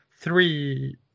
three